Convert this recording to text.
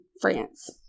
France